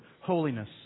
holiness